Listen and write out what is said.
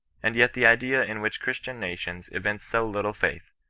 and yet the idea in which christian nations evince so little faith,